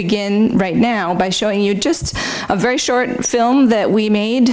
begin right now by showing you just a very short film that we made